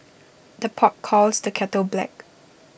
the pot calls the kettle black